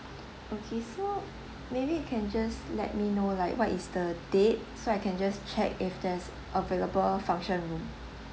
okay so maybe you can just let me know like what is the date so I can just check if there's available function room